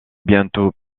bientôt